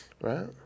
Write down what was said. right